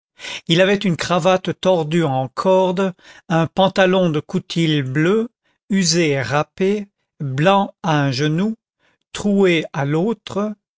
il avait une cravate tordue en corde un pantalon de coutil bleu usé et râpé blanc à un genou troué à l'autre